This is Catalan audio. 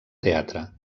teatre